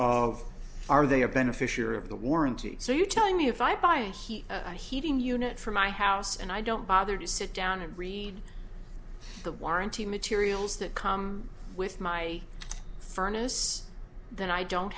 are they a beneficiary of the warranty so you're telling me if i buy a heat a heating unit from my house and i don't bother to sit down and read the warranty materials that come with my furnace then i don't